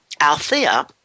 Althea